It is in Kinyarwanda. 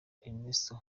ernesto